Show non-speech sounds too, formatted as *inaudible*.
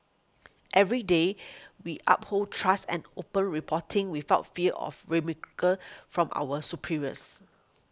every day we uphold trust and open reporting without fear of *unintelligible* from our superiors